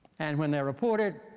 and when they're reported,